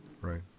Right